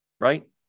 right